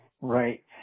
Right